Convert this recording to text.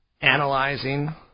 Analyzing